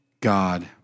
God